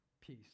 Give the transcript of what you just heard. peace